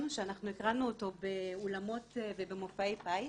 שאנחנו הקרנו אותו באולמות ובמופעי פיס,